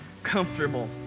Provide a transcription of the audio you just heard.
comfortable